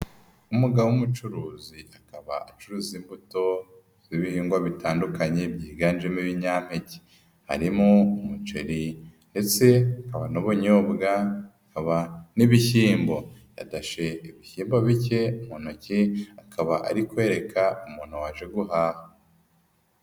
Umugabo w'umucuruzi akaba acuruza imbuto z'ibihingwa bitandukanye byiganjemo ibinyampeke, harimo umuceri ndetse hakaba n'ubunyobwa, hakaba n'ibishyimbo yadashye ibishyimbo bike mu ntoki akaba ari kwereka umuntu waje guhaha.